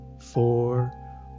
four